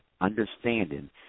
understanding